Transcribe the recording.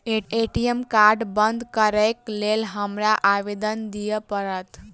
ATM card बंद करैक लेल हमरा आवेदन दिय पड़त?